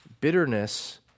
Bitterness